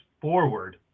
forward